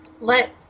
let